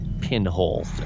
pinhole